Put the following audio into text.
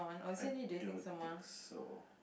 I don't think so